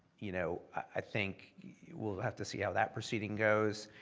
you know i think we'll have to see how that proceeding goes,